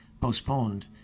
postponed